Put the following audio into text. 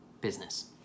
business